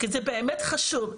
כי זה באמת חשוב,